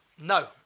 No